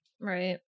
Right